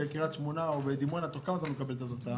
בקריית שמונה או בדימונה מקבל את התוצאה?